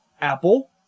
Apple